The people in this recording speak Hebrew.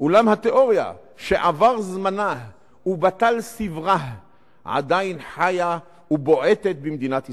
אולם התיאוריה שעבר זמנה עדיין חיה ובועטת במדינת ישראל.